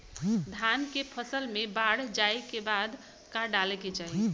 धान के फ़सल मे बाढ़ जाऐं के बाद का डाले के चाही?